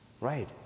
right